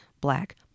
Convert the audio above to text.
black